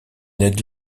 ned